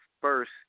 first